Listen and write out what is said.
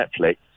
Netflix